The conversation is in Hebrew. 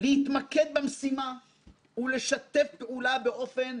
ועד בצלאל סמוטריץ לא ימין ולא שמאל,